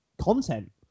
content